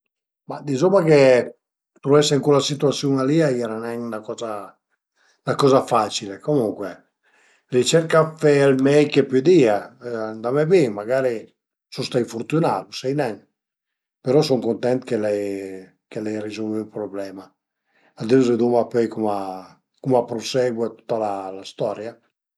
Me hobby preferì al e fe ël modellizmo navale, ël modellizmo navale ën bosch e ai sempre avü cula fisasiun li e forsi l'ai ëmparalu da me pare perché anche me pare a fazìa cuai volte cualc mudel dë bosch dë nau e li al e rëstame infatti ültimament travaiu ël bosch, l'ai ën poch dë mudei da finì, ma prima o pöi rieserai a finie